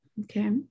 Okay